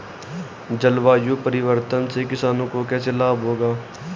जलवायु परिवर्तन से किसानों को कैसे लाभ होगा?